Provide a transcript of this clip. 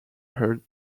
heard